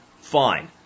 fine